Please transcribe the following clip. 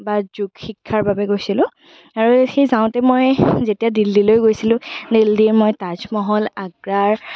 বা যোগ শিক্ষাৰ বাবে গৈছিলোঁ আৰু সেই যাওঁতে মই যেতিয়া দিল্লীলৈ গৈছিলোঁ দিল্লীৰ মই তাজমহল আগ্ৰাৰ